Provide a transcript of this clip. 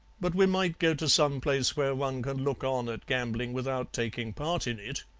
but we might go to some place where one can look on at gambling without taking part in it